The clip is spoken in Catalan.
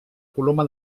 coloma